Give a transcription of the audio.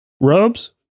rubs